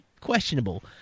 Questionable